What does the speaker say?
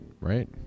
Right